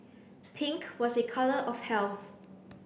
pink was a colour of health